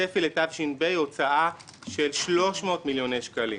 הצפי לתש"פ הוא הוצאה של 300 מיליוני שקלים.